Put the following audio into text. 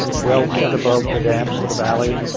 well set-up above the damps of the valley,